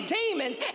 demons